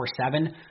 24/7